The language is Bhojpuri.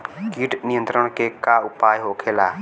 कीट नियंत्रण के का उपाय होखेला?